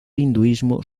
hinduismo